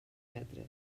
metres